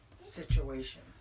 situation